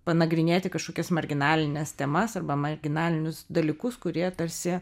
panagrinėti kažkokias marginalines temas arba marginalinius dalykus kurie tarsi